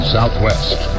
Southwest